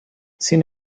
sin